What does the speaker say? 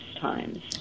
times